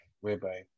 whereby